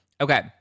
Okay